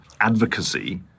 advocacy